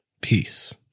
peace